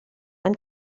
ein